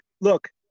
look